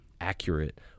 accurate